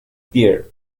pierre